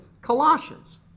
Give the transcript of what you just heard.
Colossians